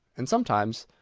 and sometimes,